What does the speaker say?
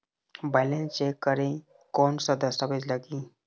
Balance check करें कोन सा दस्तावेज लगी?